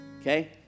okay